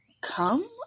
come